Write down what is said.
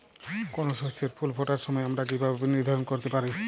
কোনো শস্যের ফুল ফোটার সময় আমরা কীভাবে নির্ধারন করতে পারি?